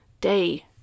day